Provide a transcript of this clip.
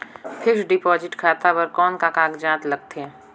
Fixed deposit खाता बर कौन का कागजात लगथे?